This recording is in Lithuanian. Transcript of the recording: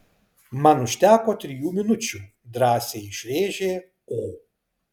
man užteko trijų minučių drąsiai išrėžė o